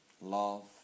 love